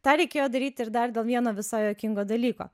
tą reikėjo daryt ir dar dėl vieno visai juokingo dalyko